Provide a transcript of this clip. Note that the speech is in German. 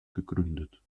gegründet